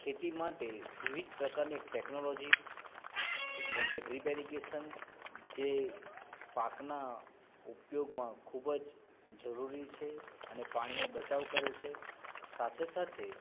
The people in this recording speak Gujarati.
ખેતી માટે વિવિધ પ્રકારની ટેકનોલીજી જેમ કે ડ્રીપ ઈરીગેશન જે પાકના ઉપયોગમાં ખૂબ જ જરૂરી છે અને પાણીનો બચાવ કરે છે સાથે સાથે